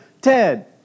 Ted